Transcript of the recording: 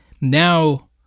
now